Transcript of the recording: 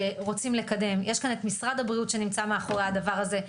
שרוצים לקדם יש כאן את משרד הבריאות שנמצא מאחורי הדבר הזה,